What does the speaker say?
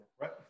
Right